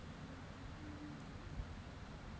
ইসনেক গাড় মালে হচ্যে চিচিঙ্গা যেট ইকট পুষ্টিকর সবজি